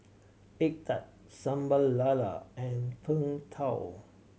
egg tart Sambal Lala and Png Tao